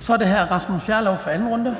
Kl. 17:43 Rasmus Jarlov (KF):